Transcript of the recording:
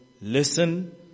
listen